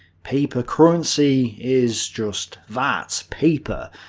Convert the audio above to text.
paper currency is just that paper.